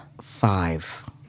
Five